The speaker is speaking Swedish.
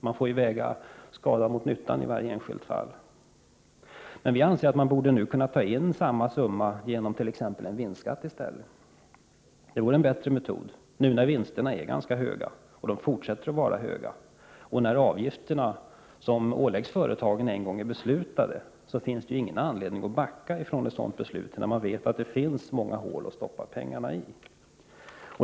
Man får ju väga skadan mot nyttan i varje enskilt fall. Vi anser att det borde vara bättre att ta in samma summa genom t.ex. vinstskatt. Det vore en bättre metod, särskilt som vinsterna nu är ganska höga — och det kommer de även fortsättningsvis att vara. Då man en gång beslutat att ålägga företagen avgifter, finns det ingen anledning att backa från beslutet — det finns ju många hål att stoppa pengarna i.